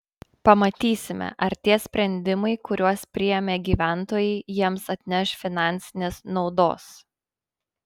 pamatysime ar tie sprendimai kuriuos priėmė gyventojai jiems atneš finansinės naudos